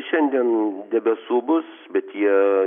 šiandien debesų bus bet jie